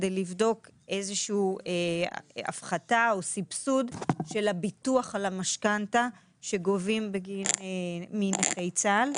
כדי לבדוק הפחתה או סבסוד של הביטוח על המשכנתא שגובים מנכי צה"ל.